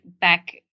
back